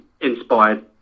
inspired